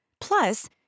Plus